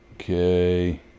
Okay